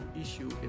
issue